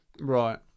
Right